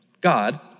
God